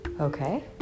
Okay